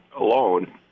alone